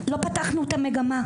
לא פתחנו את המגמה.